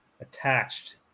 attached